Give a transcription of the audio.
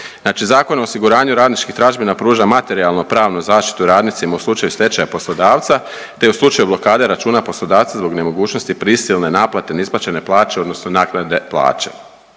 Zakon o osiguranju radničkih tražbina pruža materijalno pravnu zaštitu radnicima u slučaju stečaja poslodavca, te u slučaju blokade računa poslodavca zbog nemogućnosti prisilne naplate neisplaćene plaće odnosno naknade plaće.